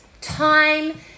time